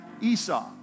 Esau